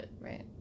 right